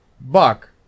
Buck